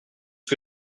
que